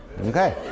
Okay